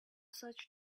such